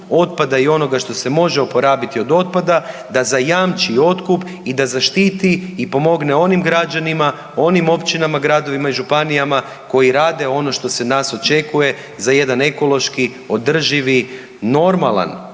i onoga što se može oporabiti od otpada da zajamči otkup i da zaštiti i pomogne onim građanima, onim općinama, gradovima i županijama koji rade ono što se nas očekuje za jedan ekološki, održivi, normalan u